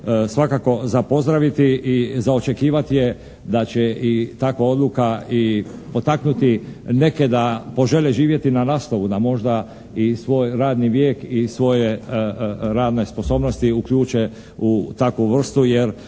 svakako za pozdraviti i za očekivati je da će i takva odluka i potaknuti neke da požele živjeti na Lastovu, da možda i svoj radni vijek i svoje radne sposobnosti uključe u takvu vrstu jer